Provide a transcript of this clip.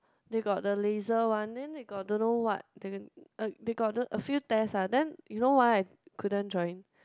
they got the laser one then they got don't know what the they got a few test ah you know why I couldn't join